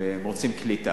והם רוצים קליטה.